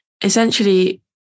essentially